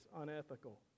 unethical